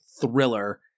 thriller